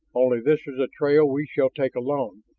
only this is a trail we shall take alone,